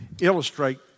illustrate